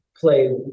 Play